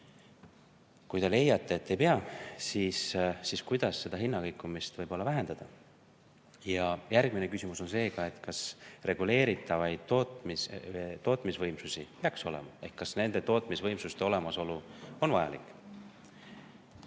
kui te leiate, et ei peaks, siis kuidas seda hinnakõikumist vähendada? Järgmine küsimus on seega, kas reguleeritavaid tootmisvõimsusi peaks olema. Kas nende tootmisvõimsuste olemasolu on vajalik?